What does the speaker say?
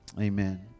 amen